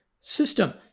system